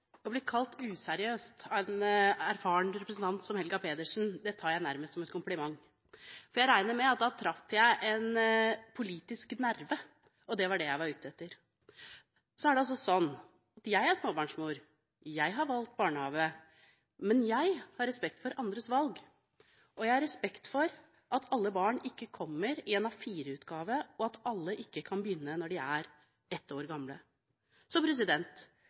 å bli kalt useriøs av en erfaren representant som Helga Pedersen tar jeg nærmest som en kompliment. Jeg regner med at jeg da traff en politisk nerve, og det var det jeg var ute etter. Jeg er småbarnsmor, og jeg har valgt barnehage, men jeg har respekt for andres valg, og jeg har respekt for at ikke alle barn kommer i A4-utgave, og at alle ikke kan begynne i barnehage når de er ett år gamle.